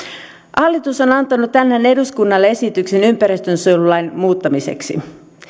hallitus on antanut tänään eduskunnalle esityksen ympäristönsuojelulain muuttamiseksi